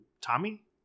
Tommy